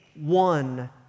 one